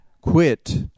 quit